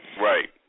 Right